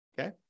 Okay